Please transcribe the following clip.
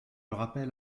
rappelle